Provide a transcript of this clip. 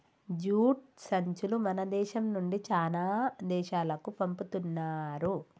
jute సంచులు మన దేశం నుండి చానా దేశాలకు పంపుతున్నారు